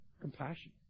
compassion